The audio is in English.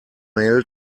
mail